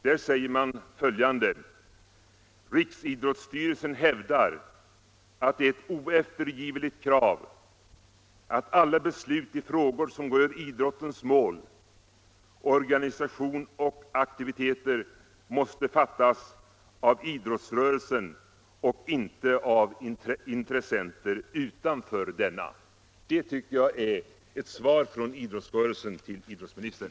Där säger man följande: ”Riksidrottsstyrelsen hävdar att det är ett oeftergivligt krav att alla beslut i frågor som rör idrottens mål, organisation och aktiviteter måste fattas av idrottsrörelsen och inte av intressenter utanför denna.” Detta tycker jag utgör ett svar från idrottsrörelsen till idrottsministern.